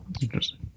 Interesting